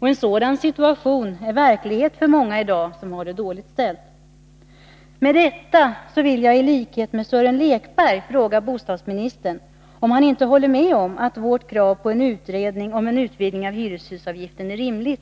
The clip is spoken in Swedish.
En sådan situation är i dag verklighet för många som har det dåligt ställt. Med detta vill jag i likhet med Sören Lekberg fråga bostadsministern om han inte håller med om att vårt krav på en utredning om en utvidgning av hyreshusavgiften är rimlig.